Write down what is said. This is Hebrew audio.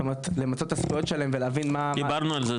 זאת אומרת למצות את הזכויות שלהם ולהבין מה --- דיברנו על זה,